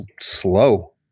slow